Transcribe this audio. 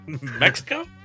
Mexico